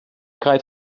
kraait